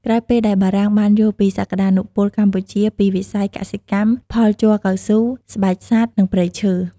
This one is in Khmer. ក្រោយពេលដែលបារាំងបានយល់ពីសក្ដានុពលកម្ពុជាពីវិស័យកសិកម្ម ផលជ័រកៅស៊ូ ស្បែកសត្វ និងព្រៃឈើ ។